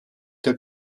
der